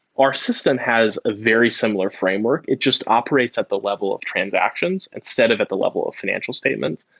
our system has a very similar framework. it just operates at the level of transactions instead of at the level of financial statements.